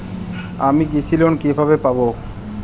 আমি কৃষি লোন কিভাবে পাবো?